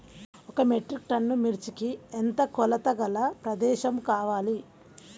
ఒక metric ton మిర్చికి ఎంత కొలతగల ప్రదేశము కావాలీ?